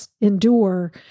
endure